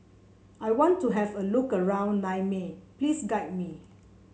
I want to have a look around Niamey Please guide me